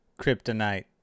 kryptonite